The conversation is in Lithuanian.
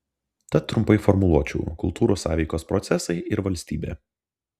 tad trumpai formuluočiau kultūrų sąveikos procesai ir valstybė